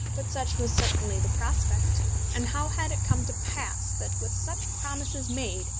but such was certainly the prospect and how had it come to pass that, with such promises made,